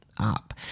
up